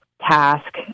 task